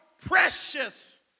precious